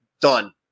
Done